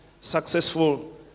successful